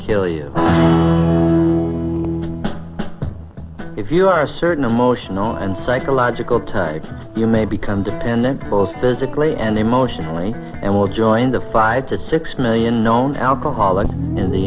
kill you if you are certain emotional and psychological types you may become dependent both physically and emotionally and will join the five to six million known alcoholics in the